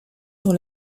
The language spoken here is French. sur